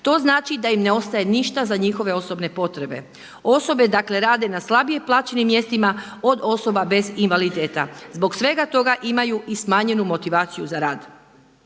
To znači da im ne ostaje ništa za njihove osobne potrebe. Osobe rade na slabije plaćenim mjestima od osoba bez invaliditeta. Zbog svega toga imaju i smanjenu motivaciju za rad.